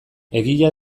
egia